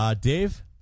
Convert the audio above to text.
Dave